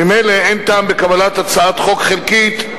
ממילא אין טעם בקבלת הצעת חוק חלקית,